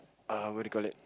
uh what do you call it